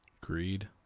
Greed